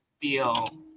feel